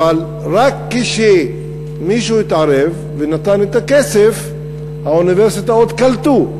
אבל רק כשמישהו התערב ונתן את הכסף האוניברסיטאות קלטו.